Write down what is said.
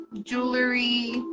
jewelry